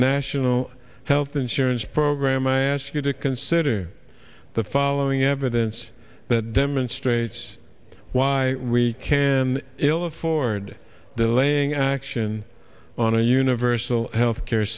national health insurance program i ask you to consider the following evidence that demonstrates why we can ill afford the laying action on a universal health care